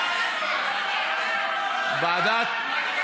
השרה שקד, לא להתבכיין.